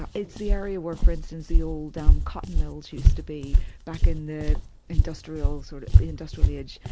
ah it's the area where for instance the old um cotton mills used to be back in the industrial sort of industrial age.